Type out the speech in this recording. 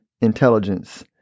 intelligence